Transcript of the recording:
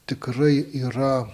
tikrai yra